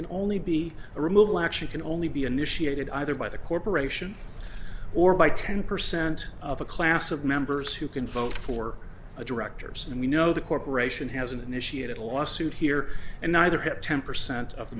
can only be a removal actually can only be initiated either by the corporation or by ten percent of a class of members who can vote for the directors and we know the corporation hasn't initiated a lawsuit here and neither have ten percent of the